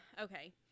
Okay